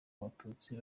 abatutsi